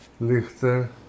Lichter